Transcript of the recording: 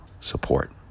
support